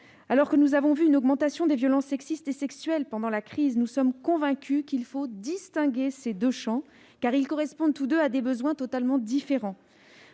Alors que nous avons assisté à une augmentation des violences sexistes et sexuelles pendant la crise, nous sommes convaincus qu'il faut distinguer ces deux champs, qui correspondent tous deux à des besoins totalement différents.